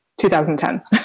2010